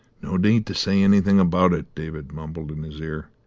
no need to say anything about it, david mumbled in his ear.